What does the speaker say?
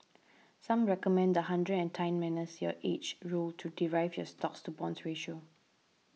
some recommend the hundred and ten minus your age rule to derive your stocks to bonds ratio